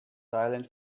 silent